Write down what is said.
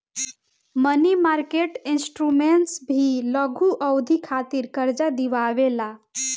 मनी market instruments भी लघु अवधि खातिर कार्जा दिअवावे ला